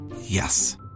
Yes